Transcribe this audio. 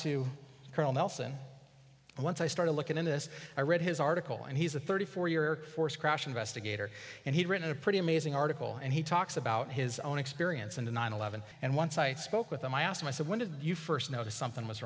carl nelson and once i started looking into this i read his article and he's a thirty four year force crash investigator and he written a pretty amazing article and he talks about his own experience in the nine eleven and once i spoke with him i asked him i said when did you first notice something was